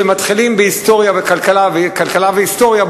כשמתחילים בהיסטוריה וכלכלה וכלכלה והיסטוריה,